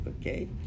okay